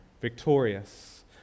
victorious